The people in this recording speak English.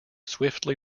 swiftly